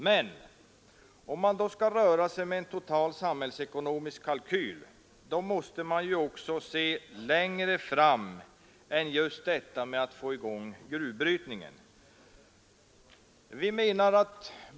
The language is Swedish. Men om man skall röra sig med en total samhällsekonomisk kalkyl måste man också se längre fram än just till att få i gång gruvbrytningen.